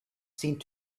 seemed